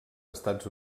estats